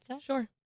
Sure